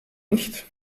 nicht